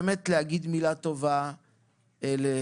להעלות את מנגנון הדיסריגרד?